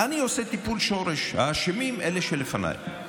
אני עושה טיפול שורש, אלה שלפניי אשמים?